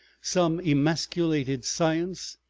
some emasculated science,